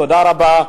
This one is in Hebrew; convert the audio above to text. תודה רבה.